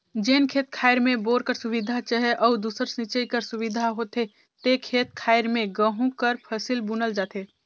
जेन खेत खाएर में बोर कर सुबिधा चहे अउ दूसर सिंचई कर सुबिधा होथे ते खेत खाएर में गहूँ कर फसिल बुनल जाथे